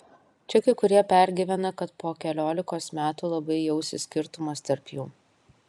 čia kai kurie pergyvena kad po keliolikos metų labai jausis skirtumas tarp jų